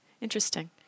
Interesting